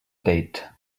date